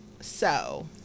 so-